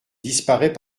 disparaît